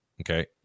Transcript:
okay